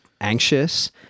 anxious